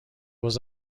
was